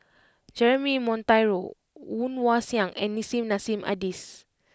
Jeremy Monteiro Woon Wah Siang and Nissim Nassim Adis